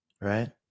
right